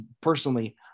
Personally